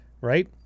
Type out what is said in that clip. Right